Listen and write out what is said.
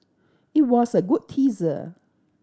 it was a good teaser